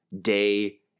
day